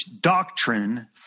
doctrine